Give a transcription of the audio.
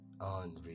on